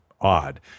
odd